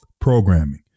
programming